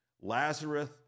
Lazarus